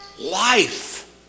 life